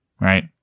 Right